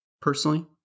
Personally